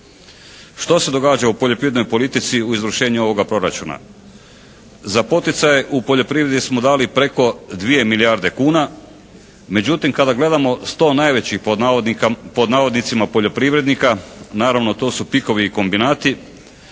Što se događa u poljoprivrednoj politici u izvršenju ovoga proračuna? Za poticaje u poljoprivredi smo dali preko 2 milijarde kuna. Međutim kada gledamo 100 najvećih, pod navodnicima "poljoprivrednika" naravno to su pikovi i kombinati.